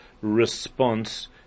response